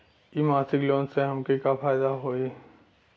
इ मासिक लोन से हमके का फायदा होई?